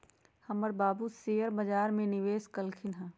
हमर बाबू शेयर बजार में निवेश कलखिन्ह ह